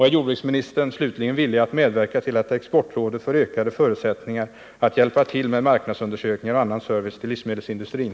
Är jordbruksministern slutligen villig att medverka till att Exportrådet får ökade förutsättningar att hjälpa till med marknadsundersökningar och annan service till livsmedelsindustrin?